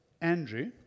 Andrew